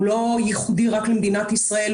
הוא לא ייחודי רק למדינת ישראל.